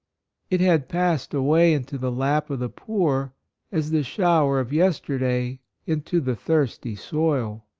it had passed away into the lap of the poor as the shower of yester day into the thirsty soil.